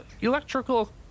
electrical